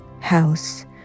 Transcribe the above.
house